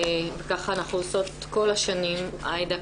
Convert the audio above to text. ככה אנחנו עושות כל השנים עאידה,